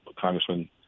Congressman